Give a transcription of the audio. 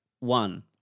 One